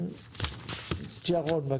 שרון בבקשה.